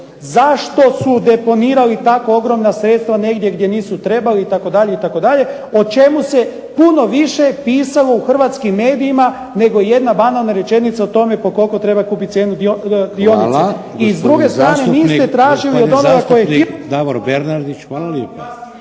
Zašto su deponirali tako ogromna sredstva negdje gdje nisu trebali itd., itd., o čemu se puno više pisalo u hrvatskim medijima nego jedna banalna rečenica o tome po koliko treba kupiti dionice. ... /Govornici govore u isti glas, ne